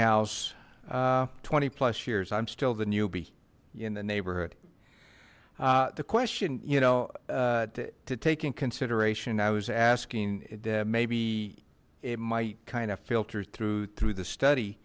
house twenty plus years i'm still the newbie in the neighborhood the question you know to take in consideration i was asking that maybe it might kind of filter through through the study